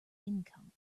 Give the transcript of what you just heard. income